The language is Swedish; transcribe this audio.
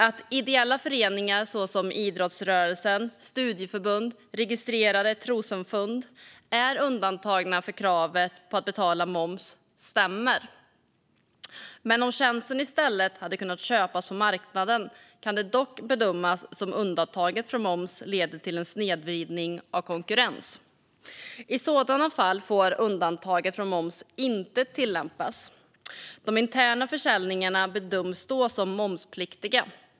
Att ideella föreningar, såsom idrottsrörelsen, studieförbund och registrerade trossamfund, är undantagna från kravet på att betala moms stämmer. Men om tjänsten i stället hade kunnat köpas på marknaden kan det dock bedömas som att undantaget från moms leder till en snedvridning av konkurrensen. I sådana fall får undantaget från moms inte tillämpas. De interna försäljningarna bedöms då som momspliktiga.